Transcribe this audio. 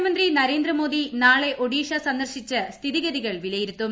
പ്രധാനമന്ത്രി നരേന്ദ്രമോദി നാളെ ഒഡീഷ സന്ദർശിച്ച് സ്ഥിതിഗതികൾ വിലയിരുത്തും